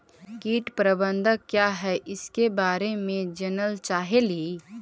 कीट प्रबनदक क्या है ईसके बारे मे जनल चाहेली?